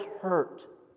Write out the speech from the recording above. hurt